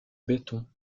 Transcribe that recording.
béton